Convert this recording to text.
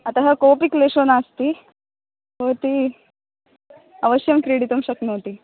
अतः कोपि क्लेशो नास्ति भवती अवश्यं क्रीडितुं शक्नोति